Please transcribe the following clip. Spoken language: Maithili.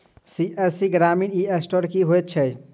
सी.एस.सी ग्रामीण ई स्टोर की होइ छै?